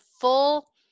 full